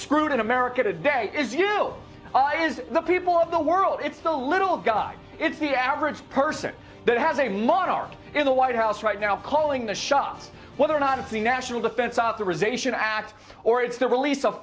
screwed in america today is you i is the people of the world it's the little guy it's the average person that has a monarch in the white house right now calling the shots whether or not it's the national defense authorization act or it's the release of